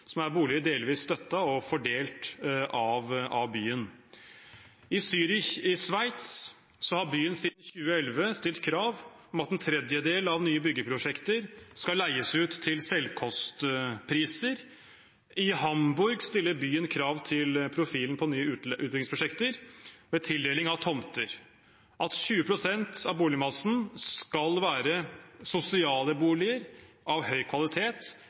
som er boliger delvis støttet og fordelt av byen. I Zürich i Sveits har byen siden 2011 stilt krav om at en tredjedel av nye byggeprosjekter skal leies ut til selvkostpriser. I Hamburg stiller byen krav til profilen på nye utbyggingsprosjekter ved tildeling av tomter – at 20 pst. av boligmassen skal være sosiale boliger av høy kvalitet,